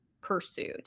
pursuit